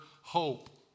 hope